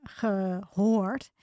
gehoord